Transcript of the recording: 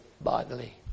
bodily